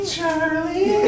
Charlie